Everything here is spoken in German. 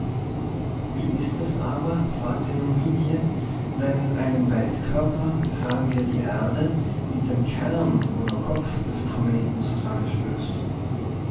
wie ist es aber fragte nun mietje wenn ein weltkörper sagen wir die erde mit dem kern oder kopf des kometen zusammenstößt